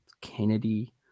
Kennedy